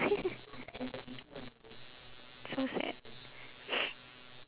so sad